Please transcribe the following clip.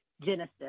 Genesis